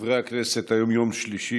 השואה והגבורה,